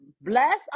bless